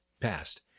past